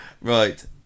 Right